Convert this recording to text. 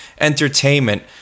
entertainment